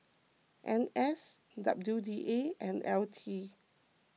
N S W D A and L T